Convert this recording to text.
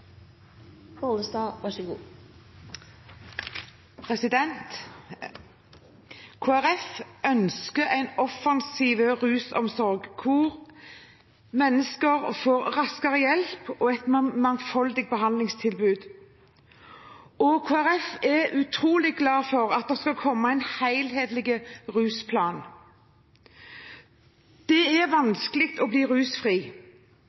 ønsker en offensiv rusomsorg, hvor mennesker får raskere hjelp og et mangfoldig behandlingstilbud. Og Kristelig Folkeparti er utrolig glad for at det skal komme en helhetlig rusplan. Det er vanskelig å bli rusfri.